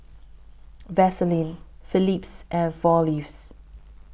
Vaseline Phillips and four Leaves